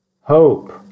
Hope